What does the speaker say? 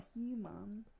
Human